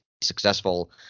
successful